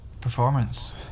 performance